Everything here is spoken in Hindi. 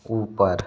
ऊपर